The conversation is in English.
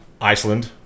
Iceland